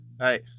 Hi